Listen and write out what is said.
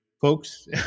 folks